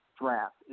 draft